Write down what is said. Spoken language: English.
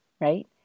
right